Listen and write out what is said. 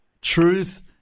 Truth